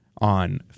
on